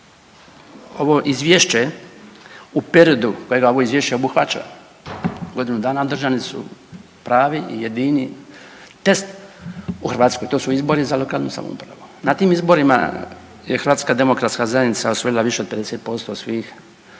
ovo Izvješće u periodu kojega ovo Izvješće obuhvaća godinu dana … pravi i jedini test u Hrvatskoj. To su izbori za lokalnu samoupravu. Na tim izborima je Hrvatska demokratska zajednica usvojila više od 50% svih